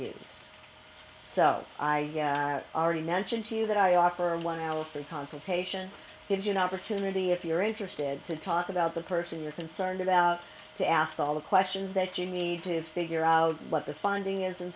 used so i already mentioned to you that i offer a free consultation gives you an opportunity if you're interested to talk about the person you're concerned about to ask all the questions that you need to figure out what the funding is and